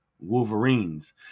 Wolverines